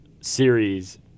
series